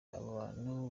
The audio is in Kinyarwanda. abantu